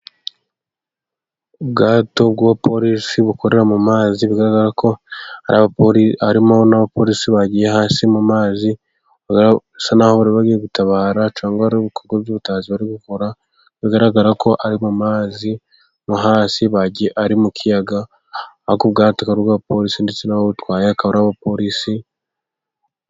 Ubwato bw'abapolisi bukorera mu mazi ,bigaragara ko harimo n'abapolisi bagiye hasi mu mazi, basa naho bari bagiye gutabara cyangwa ari ibikorwa by'ubutazi bari gukora, bigaragara ko ari mu mazi mo hasi ari mu kiyaga, ariko ubwato bukaba ari ubw'abapolisi, ndetse n'ababutwaye bakaba abapolisi.